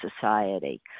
society